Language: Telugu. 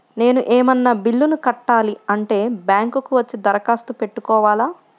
నేను ఏమన్నా బిల్లును కట్టాలి అంటే బ్యాంకు కు వచ్చి దరఖాస్తు పెట్టుకోవాలా?